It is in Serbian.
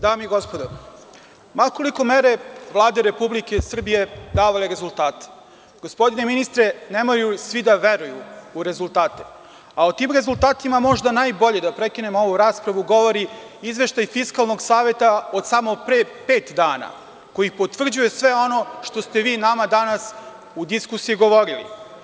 Dame i gospodo narodni poslanici, ma koliko mere Vlade Republike Srbije davale rezultate, gospodine ministre, ne mogu svi da veruju u rezultate,a o tim rezultatima možda najbolje da prekinemo ovu raspravu, govori izveštaj Fiskalnog saveta od samo pre pet dana koji potvrđuje sve ono što ste vi nama danas u diskusiji govorili.